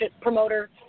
promoter